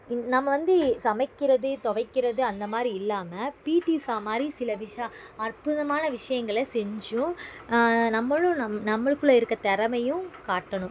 நம்ம வந்து சமைக்கிறது துவைக்கிறது அந்தமாதிரி இல்லாமல் பிடி உஷாமாதிரி சில விஷா அற்புதமான விஷயங்களை செஞ்சும் நம்மளும் நம் நம்மளுக்குள்ள இருக்க திறமையும் காட்டணும்